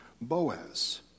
Boaz